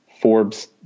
Forbes